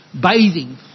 Bathing